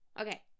Okay